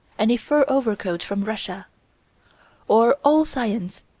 and a fur overcoat from russia or all science,